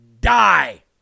die